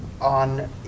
on